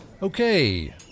Okay